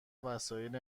وسایل